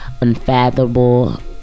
unfathomable